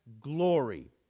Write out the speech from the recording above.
glory